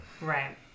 Right